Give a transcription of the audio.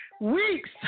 weeks